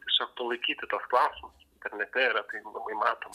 tiesiog palaikyti tuos klausimus kad net tai yra tai labai matoma